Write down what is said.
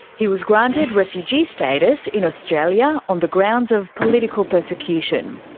he was granted refugee status in australia on the grounds of political persecution.